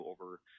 over